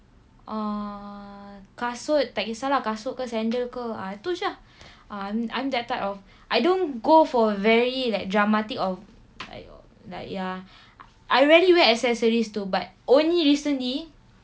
err kasut tak kisah lah kasut ke sandal ah tu jer I'm I'm that type of I don't go for very like dramatic of like like ya I rarely wear accessories too but only recently